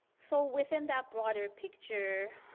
so within that broader picture,